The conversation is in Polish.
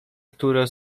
które